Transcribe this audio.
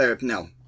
No